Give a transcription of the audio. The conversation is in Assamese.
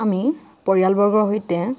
আমি পৰিয়ালবৰ্গৰ সৈতে